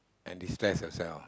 and de stress yourself